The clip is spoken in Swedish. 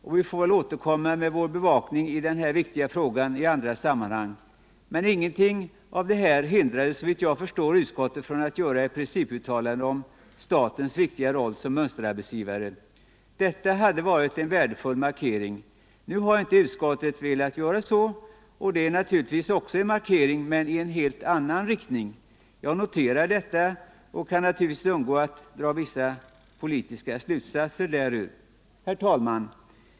Och vi får väl återkomma med vår bevakning i den här viktiga frågan i andra sammanhang, men ingenting av detta hindrade, såvitt jag förstår, utskottet från att göra ett principuttalande om statens viktiga roll som mönsterarbetsgivare. Detta hade varit en värdefull markering. Nu har inte utskottet velat göra så, och det är naturligtvis också en markering men i en helt annan riktning. Jag noterar detta och kan naturligtvis inte undgå att dra vissa politiska slutsatser därur. Herr talman!